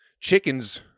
chickens